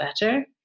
better